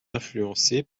influencée